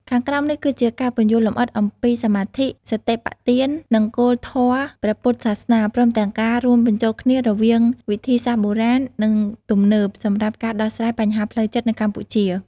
ខាងក្រោមនេះ គឺជាការពន្យល់លម្អិតអំពីសមាធិ សតិប្បដ្ឋាន និងគោលធម៌ព្រះពុទ្ធសាសនា ព្រមទាំងការរួមបញ្ចូលគ្នារវាងវិធីសាស្ត្របុរាណ និងទំនើបសម្រាប់ការដោះស្រាយបញ្ហាផ្លូវចិត្តនៅកម្ពុជា។